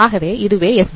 ஆகவே இதுவே SB